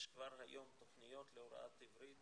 יש כבר היום תוכניות להוראת עברית